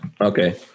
okay